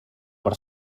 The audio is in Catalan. per